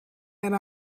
and